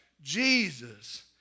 Jesus